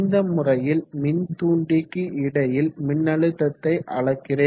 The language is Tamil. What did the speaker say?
இந்த முறையில் மின்தூண்டிக்கு இடையில் மின்னழுத்தத்தை அளக்கிறேன்